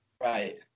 Right